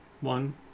One